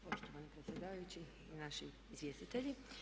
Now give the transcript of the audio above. Poštovani predsjedavajući, naši izvjestitelji.